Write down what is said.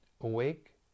awake